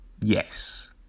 yes